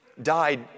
died